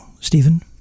Stephen